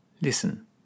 Listen